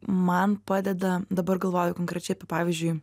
man padeda dabar galvoju konkrečiai apie pavyzdžiui